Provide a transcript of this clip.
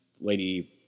lady